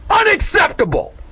Unacceptable